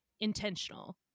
intentional